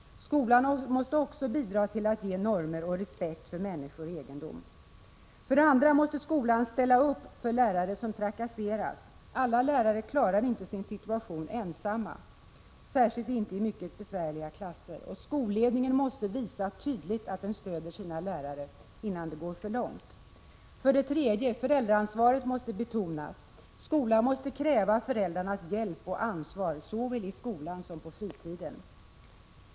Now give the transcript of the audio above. Skolan måste också bidra till att ge normer och respekt för människor och egendom. För det andra måste skolan ställa upp för lärare som trakasseras. Alla lärare klarar inte sin situation ensamma, särskilt inte i mycket besvärliga klasser. Skolledningen måste tydligt visa att den stöder sina lärare —- innan det går för långt. För det tredje måste föräldraansvaret betonas. Skolan måste kräva föräldrarnas hjälp och ansvar — såväl i skolan som på fritiden.